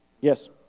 Yes